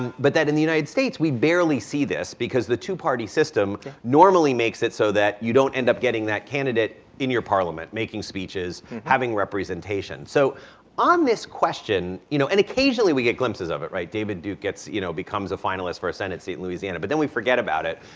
but that in the united states we barely see this because the two-party system normally makes it so that you don't end up getting that candidate in your parliament making speeches having representation. so on this question, you know, and occasionally we get glimpses of it right david duke gets you know becomes a finalist for a senate seat in louisiana, but then we forget about it.